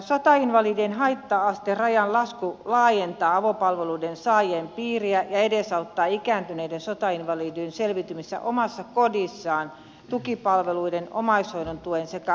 sotainvalidien haitta asterajan lasku laajentaa avopalveluiden saajien piiriä ja edesauttaa ikääntyneiden sotainvalidien selviytymistä omassa kodissaan tukipalveluiden omaishoidon tuen sekä avosairaanhoidon turvin